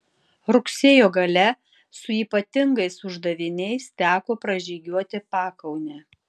rugsėjo gale su ypatingais uždaviniais teko pražygiuoti pakaunę